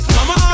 Mama